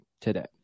today